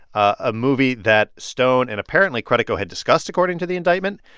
a movie that stone and apparently credico had discussed, according to the indictment,